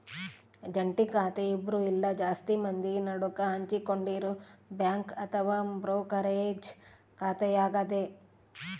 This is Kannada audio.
ಜಂಟಿ ಖಾತೆ ಇಬ್ರು ಇಲ್ಲ ಜಾಸ್ತಿ ಮಂದಿ ನಡುಕ ಹಂಚಿಕೊಂಡಿರೊ ಬ್ಯಾಂಕ್ ಅಥವಾ ಬ್ರೋಕರೇಜ್ ಖಾತೆಯಾಗತೆ